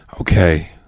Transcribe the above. Okay